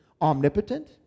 omnipotent